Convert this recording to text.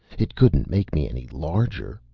it couldn't make me any larger.